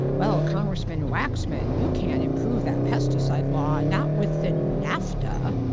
well, congressman waxman, you can't improve that pesticide law, not within nafta.